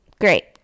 Great